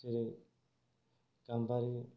जेरै गाम्बारि